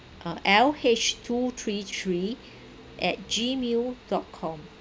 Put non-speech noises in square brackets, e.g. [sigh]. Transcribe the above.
uh L H two three three [breath] at gmail dot com